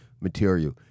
material